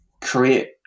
create